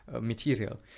material